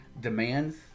demands